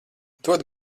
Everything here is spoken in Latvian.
dod